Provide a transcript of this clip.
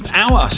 hour